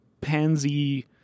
pansy